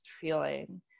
feeling